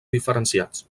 diferenciats